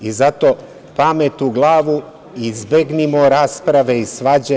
I zato, pamet u glavu, izbegnimo rasprave i svađe.